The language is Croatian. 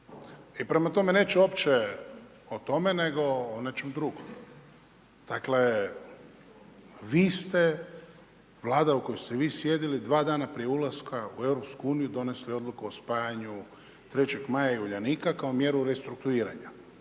I prema tome, neću uopće o tome, nego o nečem drugom. Dakle, vi ste, Vlada u kojoj ste vi sjedili dva dana prije ulaska u EU donesli odluku o spajanju 3. maja i Uljanika kao mjeru restruktuiranja.